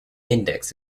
index